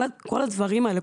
כל הדברים האלה,